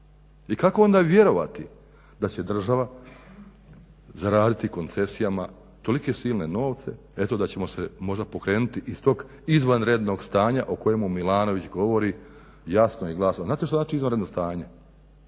i kako onda vjerovati da će država zaraditi koncesijama tolike silne novce. Eto da ćemo se možda pokrenuti iz tog izvanrednog stanja o kojemu Milanović govori jasno i glasno. Znate li što znači izvanredno stanje?